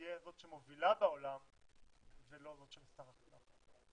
תהיה זו שמובילה בעולם ולא זו שמשתרכת אחרי העולם.